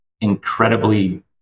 incredibly